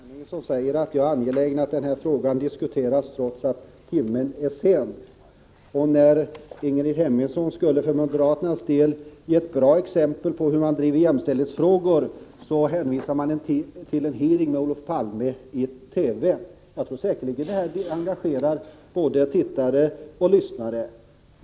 Herr talman! Ingrid Hemmingsson säger att jag är angelägen om att denna fråga diskuteras trots att timmen är sen, och det är helt riktigt. När Ingrid Hemmingsson för moderaternas del skulle ge ett bra exempel på hur man driver jämställdhetsfrågor hänvisade hon till en hearing med Olof Palme i ett TV-program. Jag tror säkerligen att inslaget engagerade både tittare och lyssnare.